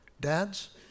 dads